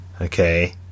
okay